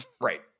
right